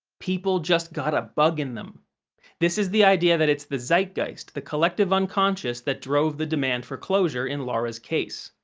people just got a bug in them this is the idea that it's the zeitgeist, the collective unconscious that drove the demand for closure in laura's case.